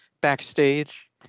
backstage